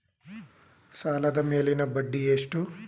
ಸಾಲದ ಮೇಲಿನ ಬಡ್ಡಿ ಎಷ್ಟು?